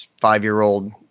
five-year-old